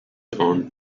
owned